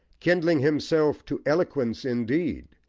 kindling himself to eloquence indeed,